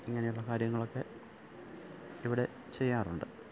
ഇങ്ങനെയുള്ള കാര്യങ്ങളൊക്കെ ഇവിടെ ചെയ്യാറുണ്ട്